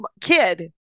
kid